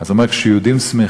אז הוא אמר: כשיהודים שמחים,